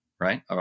right